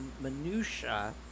minutiae